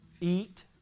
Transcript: eat